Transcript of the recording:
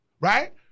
right